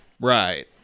right